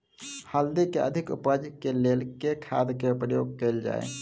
हल्दी केँ अधिक उपज केँ लेल केँ खाद केँ प्रयोग कैल जाय?